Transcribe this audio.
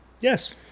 Yes